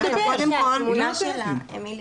אני אוסיף על אמיליה,